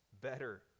better